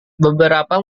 beberapa